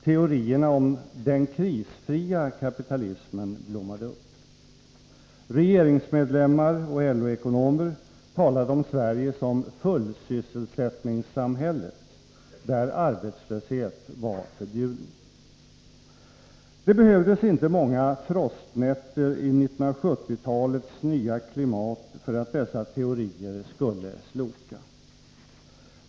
Teorierna om ”den krisfria kapitalismen” blommade upp. Regeringsmedlemmar och LO-ekonomer talade om Sverige som ”fullsysselsättningssamhället” där arbetslöshet var förbjuden. Det behövdes inte många frostnätter i 1970-talets nya klimat för att dessa teorier skulle sloka.